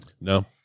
No